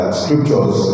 scriptures